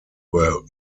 were